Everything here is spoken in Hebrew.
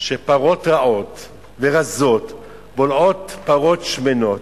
שפרות רעות ורזות בולעות פרות שמנות,